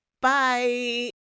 bye